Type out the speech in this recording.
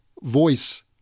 voice